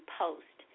post